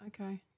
Okay